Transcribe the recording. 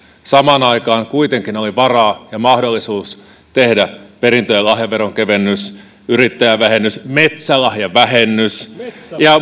samaan aikaan kuitenkin oli varaa ja mahdollisuus tehdä perintö ja lahjaveron kevennys yrittäjävähennys metsälahjavähennys ja